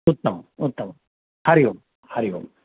उत्तमम् उत्तमं हरिः ओम् हरिः ओम्